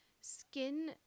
skin